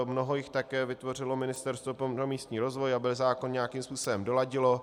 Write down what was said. Mnoho jich také vytvořilo Ministerstvo pro místní rozvoj, aby zákon nějakým způsobem doladilo.